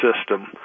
system